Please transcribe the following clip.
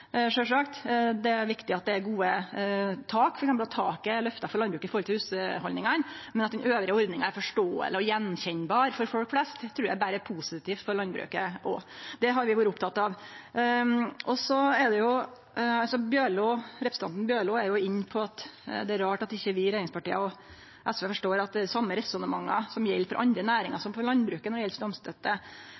Det er viktig at det er gode tak, f.eks. at taket for landbruket er løfta i forhold til hushalda. Men at ordninga elles er forståeleg og til å kjenne att for folk flest, trur eg berre er positivt, òg for landbruket. Det har vi vore opptekne av. Representanten Bjørlo er inne på at det er rart at ikkje vi i regjeringspartia og SV forstår at det er dei same resonnementa som gjeld for andre næringar som for landbruket, når det